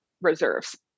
reserves